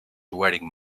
wearing